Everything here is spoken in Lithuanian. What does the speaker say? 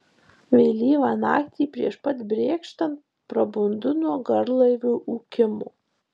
vėlyvą naktį prieš pat brėkštant prabundu nuo garlaivio ūkimo